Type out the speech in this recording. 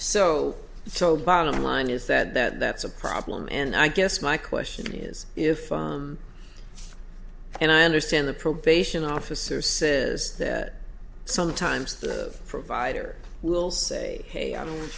so so bottom line is that that that's a problem and i guess my question is if and i understand the probation officer says that sometimes the provider will say hey i don't want